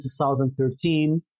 2013